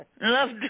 Love